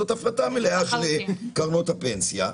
זאת הפרטה מלאה של קרנות הפנסיה.